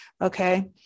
okay